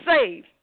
save